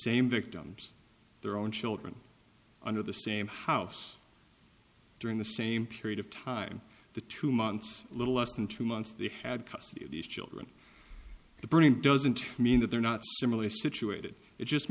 same victims their own children under the same house during the same period of time the two months little less than two months they had custody of these children the burning doesn't mean that they're not similarly situated it just